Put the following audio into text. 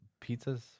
pizzas